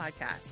podcast